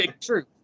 True